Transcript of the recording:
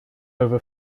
over